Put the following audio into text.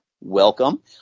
welcome